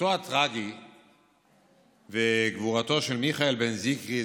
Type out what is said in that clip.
מותו הטרגי וגבורתו של מיכאל בן זיקרי,